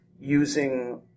using